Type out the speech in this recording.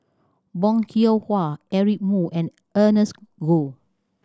Bong Hiong Hwa Eric Moo and Ernest Goh